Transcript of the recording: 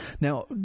Now